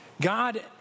God